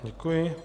Děkuji.